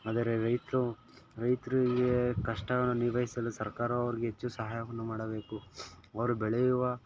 ಆದರೆ ರೈತರು ರೈತರಿಗೆ ಕಷ್ಟವನ್ನು ನಿಭಾಯಿಸಲು ಸರ್ಕಾರವು ಅವ್ರಿಗೆ ಹೆಚ್ಚು ಸಹಾಯವನ್ನು ಮಾಡಬೇಕು ಅವರು ಬೆಳೆಯುವ